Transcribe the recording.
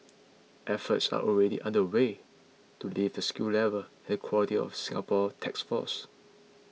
efforts are already underway to lift the skill level and quality of Singapore techs force